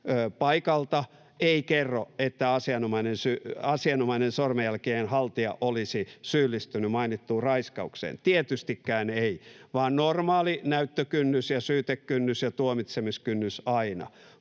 raiskauspaikalta, ei kerro, että asianomainen sormenjälkien haltija olisi syyllistynyt mainittuun raiskaukseen, tietystikään ei, vaan normaali näyttökynnys ja syytekynnys ja tuomitsemiskynnys on aina.